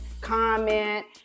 comment